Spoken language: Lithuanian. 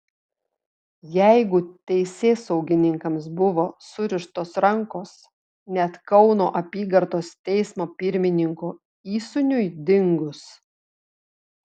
jeigu teisėsaugininkams buvo surištos rankos net kauno apygardos teismo pirmininko įsūniui dingus